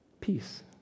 peace